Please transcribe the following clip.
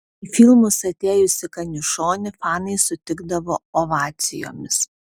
į filmus atėjusį kaniušonį fanai sutikdavo ovacijomis